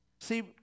See